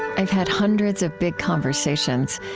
i've had hundreds of big conversations,